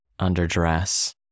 underdress